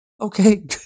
Okay